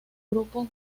grupo